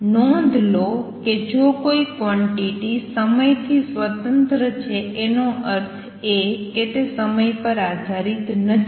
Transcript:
નોંધ લો કે જો કોઈ ક્વોંટીટી સમય થી સ્વતંત્ર છે એનો અર્થ એ કે તે સમય પર આધારિત નથી